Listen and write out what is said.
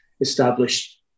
established